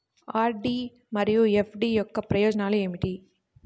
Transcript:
RD మరియు FD యొక్క ప్రయోజనాలు ఏమిటి?